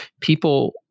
people